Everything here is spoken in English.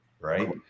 right